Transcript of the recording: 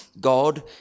God